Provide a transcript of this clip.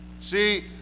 See